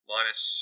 Minus